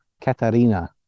Katarina